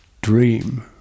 dream